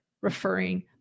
referring